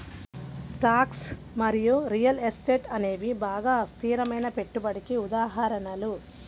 stocks మరియు real estate అనేవి బాగా అస్థిరమైన పెట్టుబడికి ఉదాహరణలు